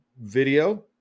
video